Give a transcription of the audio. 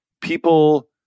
people